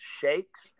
shakes